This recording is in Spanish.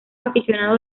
aficionados